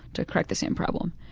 to correct the same problem.